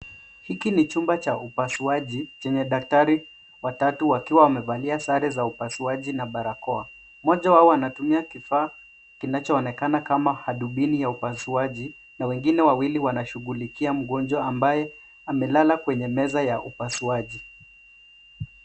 Hiki ni chumba cha upasuaji chenye daktari watatu wakiwa wamevalia sare za upasuaji na barakoa. Mmoja wao anatumia kifaa kinachoonekana kama hadubini ya upasuaji, na wengine wawili wanashughulikia mgonjwa ambaye amelala kwenye meza ya upasuaji.